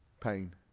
pain